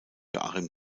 joachim